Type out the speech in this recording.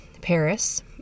Paris